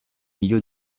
milieu